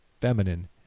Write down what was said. feminine